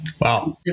Wow